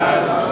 סעיף 1